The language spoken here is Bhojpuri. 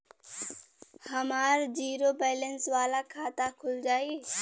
हमार जीरो बैलेंस वाला खाता खुल जाई?